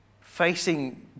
facing